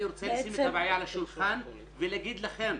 אני רוצה לשים את הבעיה על השולחן ולהגיד לכם,